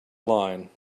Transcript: line